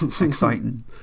Exciting